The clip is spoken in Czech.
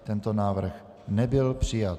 Tento návrh nebyl přijat.